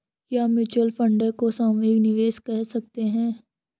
क्या mutual fund को सामूहिक निवेश कह सकते हैं?